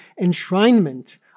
enshrinement